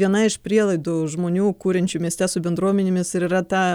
viena iš prielaidų žmonių kuriančių mieste su bendruomenėmis ir yra ta